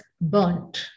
burnt